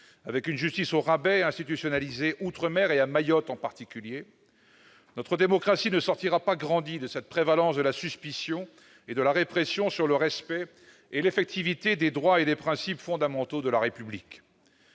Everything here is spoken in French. avec une justice au rabais institutionnalisée outre-mer et à Mayotte en particulier, notre démocratie ne sortira pas grandie de cette prévalence de la suspicion et de la répression quant au respect et à l'effectivité des droits et des principes fondamentaux de la République.